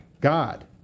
God